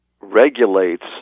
regulates